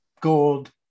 gold